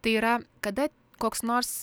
tai yra kada koks nors